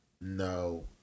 No